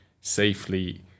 safely